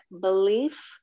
belief